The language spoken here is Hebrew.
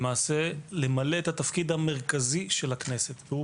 למעשה למלא את אחד התפקידים המרכזיים של הכנסת והוא